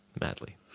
Madly